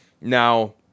Now